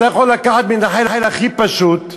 אתה יכול לקחת מתנחל הכי פשוט,